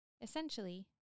Essentially